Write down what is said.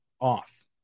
off